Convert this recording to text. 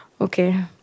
Okay